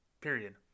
period